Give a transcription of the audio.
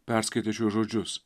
perskaitę šiuos žodžius